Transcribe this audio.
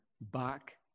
back